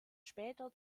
später